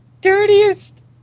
dirtiest